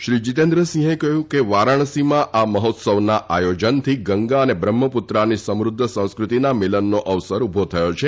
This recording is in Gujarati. શ્રી જીતેન્દ્રસિંહે કહ્યું કે વારાણસીમાં આ મહોત્સવના આયોજનથી ગંગા અને બ્રહ્મપુત્રાની સમૃદ્ધ સંસ્કૃતિના મિલનનો અવસર ઉભો થયો છે